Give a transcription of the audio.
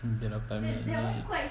mm lapan minit ni